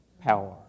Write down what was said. power